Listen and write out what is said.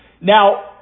Now